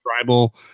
tribal